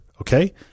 okay